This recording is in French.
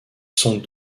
sont